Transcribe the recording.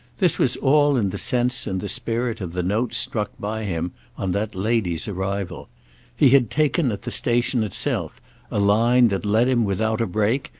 this was all in the sense and the spirit of the note struck by him on that lady's arrival he had taken at the station itself a line that led him without a break,